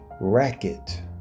Racket